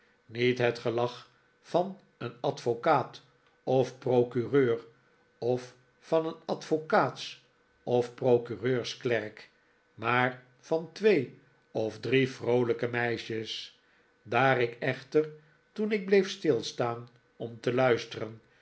niet het gelach van een advocaat of procureur of van een advocaats of procureursklerk maar van twee of drie vroolijke meisjes daar ik echter toeh ik bleef stilstaan om te luisteren